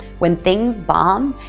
when things bomb,